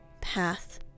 path